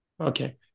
Okay